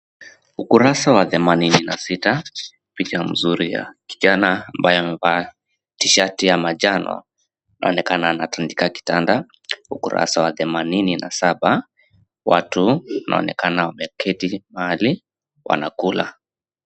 Ukurasa wa themanini na sita, picha mzuri ya kijana ambaye tisheti ya manjano, inaonekana anatandika kitanda. Ukurasa wa themanini na saba, watu wanaonekana wameketi mahali wanakula.